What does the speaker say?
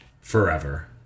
Forever